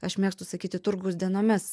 aš mėgstu sakyti turgaus dienomis